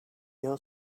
your